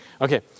Okay